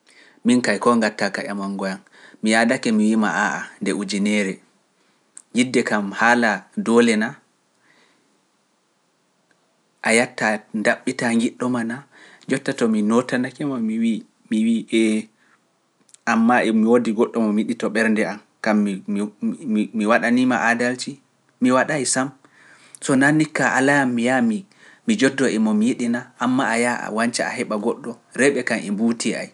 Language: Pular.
Min kay ko gatta ka yamango yam, mi yaadake mi wiima aaa nde ujunere yidde kam haala doole na, a yatta daɓɓita yiɗɗo ma na, jotta to mi nootanake ma mi wi’ mi wi’ ee amma e mi woodi goɗɗo ma mi yiɗi to ɓernde am kam mi waɗanima aadalji, mi waɗa e sam, so nanni ka ala yam mi yam mi joddoo e mo mi yiɗi na, amma a yaa a wanca a heɓa goɗɗo rewɓe kam e mbuuti ay.